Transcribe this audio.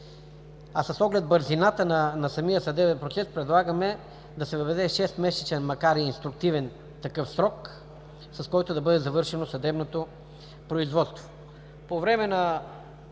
С оглед бързината на самия съдебен процес предлагаме да се въведе шестмесечен, макар и инструктивен такъв срок, с който да бъде завършено съдебното производство. По време на